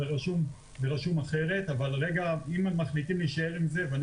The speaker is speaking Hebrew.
זה רשום אחרת אבל אם מחליטים להישאר עם זה ואני